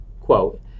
quote